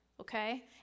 okay